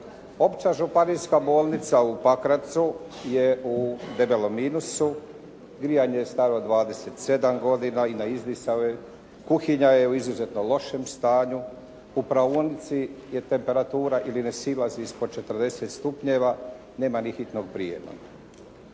Opća županijska bolnica u Pakracu je u debelom minusu, grijanje je staro 27 godina i na izdisaju je, kuhinja je u izuzetno lošem stanju, u praonici je temperatura ili ne silazi ispod 40 stupnjeva, nema ni hitnog prijema.